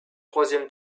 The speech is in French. troisième